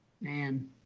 Man